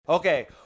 Okay